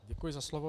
Děkuji za slovo.